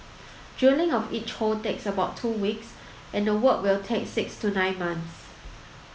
drilling of each hole takes about two weeks and the work will take six to nine months